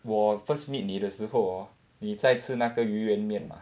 我 first meet 你的时候 hor 你在吃那个鱼圆面 ah